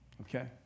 Okay